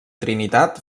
trinitat